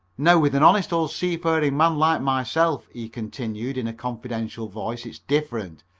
now with an honest old seafaring man like myself, he continued, in a confidential voice, it's different.